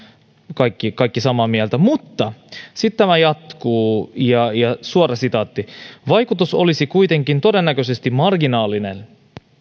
kaikki kaikki samaa mieltä mutta sitten tämä jatkuu suora sitaatti vaikutus olisi kuitenkin todennäköisesti marginaalinen